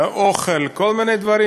אוכל, כל מיני דברים.